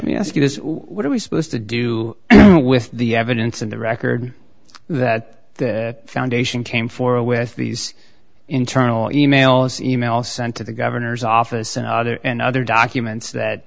mean ask you this what are we supposed to do with the evidence in the record that the foundation came forward with these internal e mails emails sent to the governor's office and other and other documents that